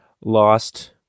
lost